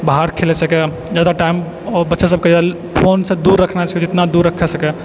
बाहर खेलऽ सकै ज्यादा टाइम ओ बच्चा सबके फोनसँ दूर रखना छै जतना दूर रखे सकै